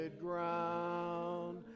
ground